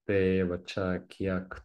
tai va čia kiek